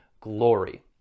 glory